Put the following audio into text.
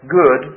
good